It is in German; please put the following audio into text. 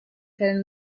fällen